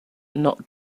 not